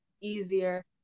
easier